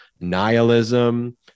nihilism